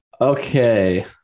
Okay